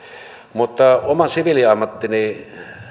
mutta oma siviiliammattini